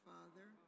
Father